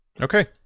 Okay